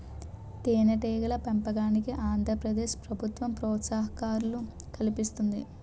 తేనెటీగల పెంపకానికి ఆంధ్ర ప్రదేశ్ ప్రభుత్వం ప్రోత్సాహకాలు కల్పిస్తుంది